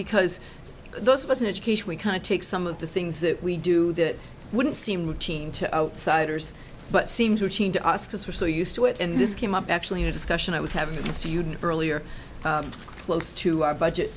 because those of us in education we can take some of the things that we do that wouldn't seem routine to outsiders but it seems routine to us because we're so used to it and this came up actually in a discussion i was having a student earlier close to our budget